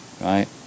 right